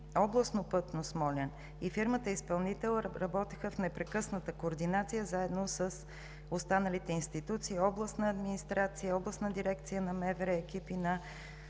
Областно пътно управление – Смолян, и фирмата изпълнител работеха в непрекъсната координация, заедно с останалите институции, областна администрация, Областна дирекция на МВР, екипи на